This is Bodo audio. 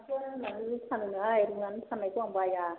नाखौ रुनानै फानोनोहाय रुनानै फाननायखौ आं बाइया